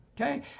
okay